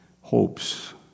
hopes